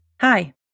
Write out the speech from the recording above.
Hi